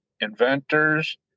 inventors